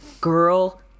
girl